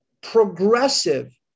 progressive